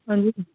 हां जी